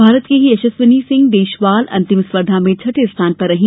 भारत की ही यशस्विनी सिंह देशवाल अंतिम स्पर्धा में छठे स्थान पर रही